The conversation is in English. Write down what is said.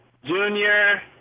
Junior